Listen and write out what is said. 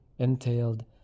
entailed